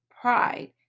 pride